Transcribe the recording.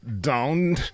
down